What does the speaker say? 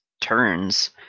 turns